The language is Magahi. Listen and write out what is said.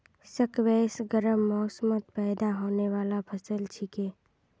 स्क्वैश गर्म मौसमत पैदा होने बाला फसल छिके